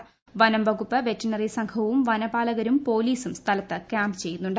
പ്രനം വകുപ്പ് വെറ്ററിനറി സംഘവും വനപാലകരും പോലീസ്കും സ്ഥലത്ത് കാ്യാമ്പ് ചെയ്യുന്നുണ്ട്